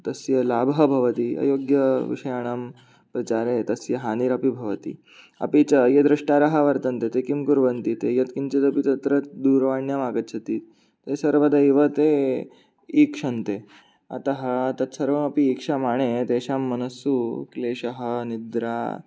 तस्य लाभः भवति अयोग्यविषयाणां प्रचारे तस्य हानिरपि भवति अपि च ये द्रष्टारः वर्तन्ते ते किं कुर्वन्ति ते यद् किञ्चिदपि तत्र दूरवाण्यामागच्छति सर्वदा एव ते ईक्षन्ते अतः तत् सर्वमपि इक्षमाणे तेषां मनस्सु क्लेशः अनिद्रा